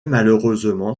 malheureusement